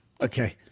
Okay